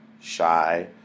Shy